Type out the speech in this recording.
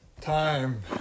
Time